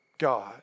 God